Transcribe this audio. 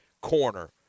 corner